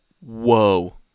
whoa